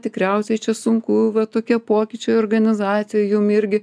tikriausiai čia sunku va tokie pokyčiai organizacijoj jum irgi